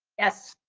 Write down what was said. yes.